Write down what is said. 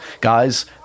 Guys